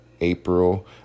April